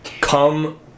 come